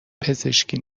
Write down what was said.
پزشکی